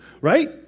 Right